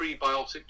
prebiotic